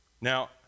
Now